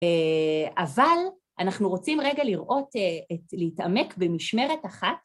אבל אנחנו רוצים רגע לראות, להתעמק במשמרת אחת.